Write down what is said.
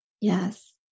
Yes